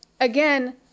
again